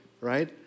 right